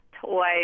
toy